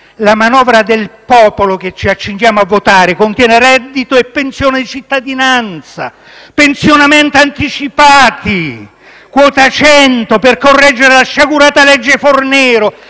la manovra del popolo che ci accingiamo a votare contiene reddito e pensione di cittadinanza, pensionamenti anticipati, quota 100 per correggere la sciagurata legge Fornero,